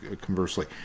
conversely